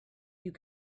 you